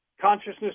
consciousness